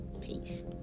Peace